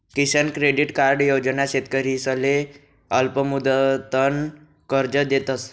किसान credit card योजना शेतकरीसले अल्पमुदतनं कर्ज देतस